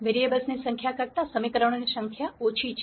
વેરીએબલ્સની સંખ્યા કરતા સમીકરણોની સંખ્યા ઓછી છે